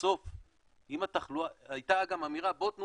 בסוף אם התחלואה הייתה גם אמירה לתת